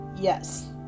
Yes